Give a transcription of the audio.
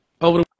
over